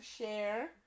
share